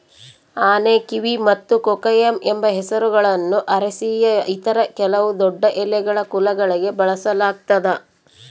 ಆನೆಕಿವಿ ಮತ್ತು ಕೊಕೊಯಮ್ ಎಂಬ ಹೆಸರುಗಳನ್ನು ಅರೇಸಿಯ ಇತರ ಕೆಲವು ದೊಡ್ಡಎಲೆಗಳ ಕುಲಗಳಿಗೆ ಬಳಸಲಾಗ್ತದ